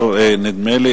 נדמה לי,